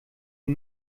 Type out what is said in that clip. den